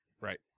right